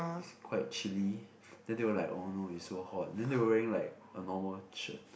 is quite chilly then you will like oh no you so hot then they wearing like a normal shirt